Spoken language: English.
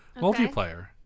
multiplayer